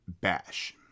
Bash